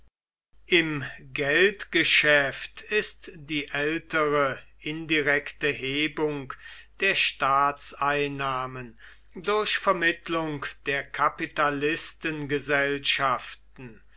im geldgeschäft ist die ältere indirekte hebung der staatseinnahmen durch vermittlung der